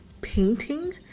painting